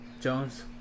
Jones